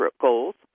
goals